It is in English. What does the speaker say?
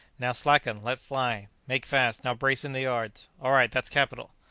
now slacken! let fly! make fast! now brace in the yards! all right! that's capital!